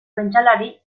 pentsalari